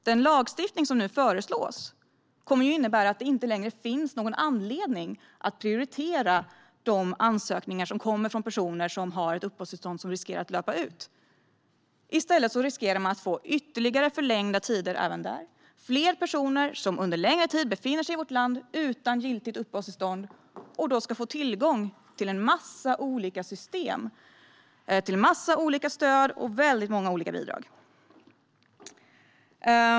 Den lagstiftning som nu föreslås kommer att innebära att det inte längre finns någon anledning att prioritera de ansökningar som kommer från personer som har ett uppehållstillstånd som riskerar att löpa ut. I stället riskerar man att få ytterligare förlängda tider även där. Fler personer som under längre tid befinner sig i vårt land utan giltigt uppehållstillstånd ska få tillgång till en massa olika system, stöd och bidrag. Fru talman!